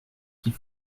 qu’il